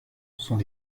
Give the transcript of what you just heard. sont